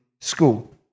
school